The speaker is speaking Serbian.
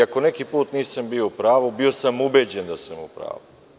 Ako neki put nisam bio u pravu, bio sam ubeđen da sam u pravu.